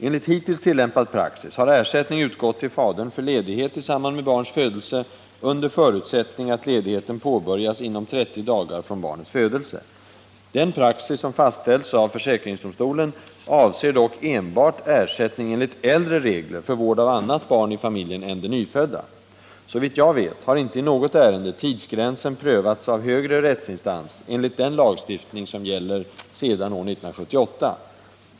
Enligt hittills tillämpad praxis har ersättning utgått till fadern för ledighet i samband med barns födelse under förutsättning att ledigheten påbörjas inom 30 dagar från barnets födelse. Den praxis som fastställts av försäkringsdomstolen avser dock enbart ersättning enligt äldre regler för vård av annat barn i familjen än det nyfödda. Såvitt jag vet har inte i något ärende tidsgränsen prövats av högre rättsinstans enligt den lagstiftning som gäller sedan år 1978.